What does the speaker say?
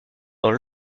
dans